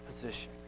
position